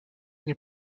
nie